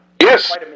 Yes